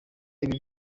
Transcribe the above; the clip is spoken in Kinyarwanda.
ibi